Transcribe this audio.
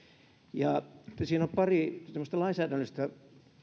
siinä on pari semmoista lainsäädännöllistä